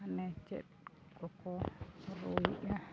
ᱦᱟᱱᱮ ᱪᱮᱫ ᱠᱚᱠᱚ ᱨᱩᱭᱮᱜᱼᱟ